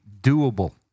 doable